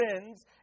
sins